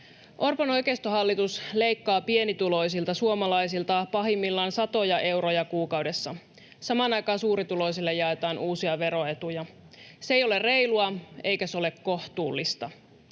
Orpon oikeistohallitus leikkaa pienituloisilta suomalaisilta pahimmillaan satoja euroja kuukaudessa. Samaan aikaan suurituloisille jaetaan uusia veroetuja. Se ei ole reilua, eikä se ole kohtuullista.